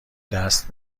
دست